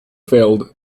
failed